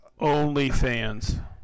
OnlyFans